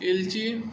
वेलची